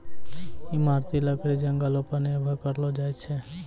इमारती लकड़ी जंगलो पर निर्भर करलो जाय छै